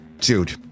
Dude